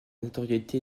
notoriété